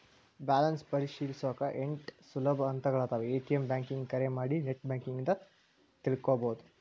balance ಪರಿಶೇಲಿಸೊಕಾ ಎಂಟ್ ಸುಲಭ ಹಂತಗಳಾದವ ಎ.ಟಿ.ಎಂ ಬ್ಯಾಂಕಿಂಗ್ ಕರೆ ಮಾಡಿ ನೆಟ್ ಬ್ಯಾಂಕಿಂಗ್ ಇಂದ ತಿಳ್ಕೋಬೋದು